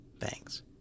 Thanks